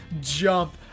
jump